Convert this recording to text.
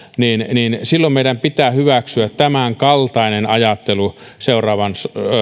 niin niin silloin meidän pitää hyväksyä tämänkaltainen ajattelu seuraavan